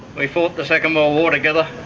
we fought the second world war together,